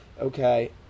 okay